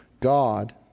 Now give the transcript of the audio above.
God